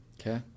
Okay